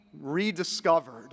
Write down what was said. rediscovered